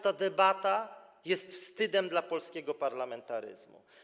Ta debata jest wstydem dla polskiego parlamentaryzmu.